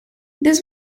this